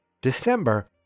December